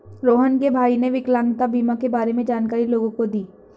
रोहण के भाई ने विकलांगता बीमा के बारे में जानकारी लोगों को दी